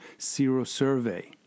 zero-survey